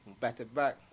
back-to-back